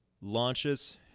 launches